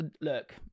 Look